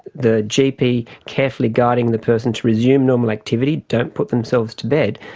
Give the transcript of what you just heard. the gp carefully guiding the person to resume normal activity, don't put themselves to bed,